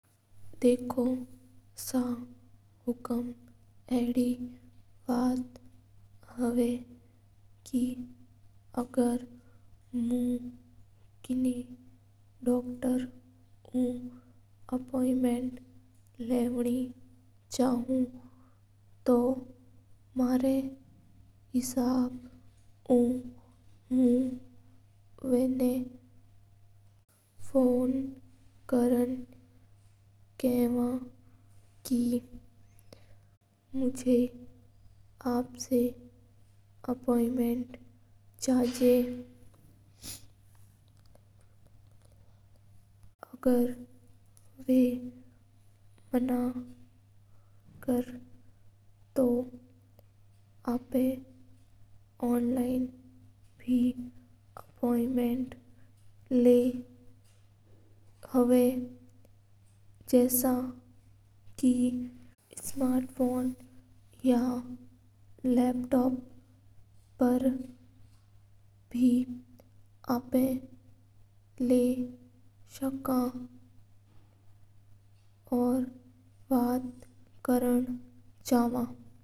देखो सा हुकूम अडी बात हव के मेरा अगर कोई डॉक्टर उ अपॉइंटमेंट लव नेवचाव तो मं सब पहिले फोन कर ने कव के मं आप सा अपॉइंटमेंट चाहिए। अगर बा मना कर दवा तो अवा ऑनलाइन बे अपॉइंटमेंट ला सका जस के ऑनलाइन बे मही होवा यो आपा डॉक्टर से मिल कर बे ला डक हा।